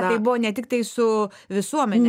tai buvo ne tiktai su visuomene